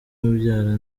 umbyara